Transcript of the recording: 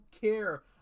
care